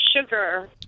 sugar